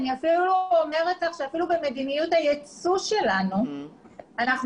אני אומרת לך שאפילו במדיניות היצוא שלנו אנחנו